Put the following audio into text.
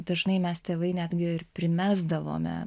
dažnai mes tėvai netgi ir primesdavome